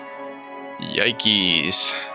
Yikes